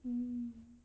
mm